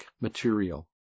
material